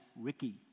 Ricky